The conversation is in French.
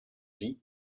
vie